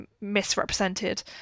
misrepresented